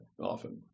often